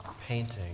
painting